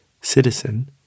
citizen